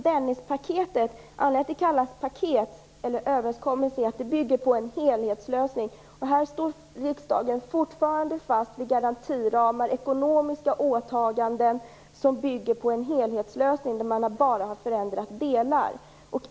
Dennisöverenskommelsen, är att det bygger på en helhetslösning. Här står riksdagen fortfarande fast vid garantiramar och ekonomiska åtaganden som bygger på en helhetslösning, men bara delar har förändrats.